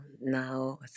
now